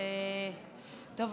טוב,